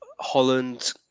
holland